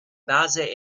base